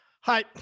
Hi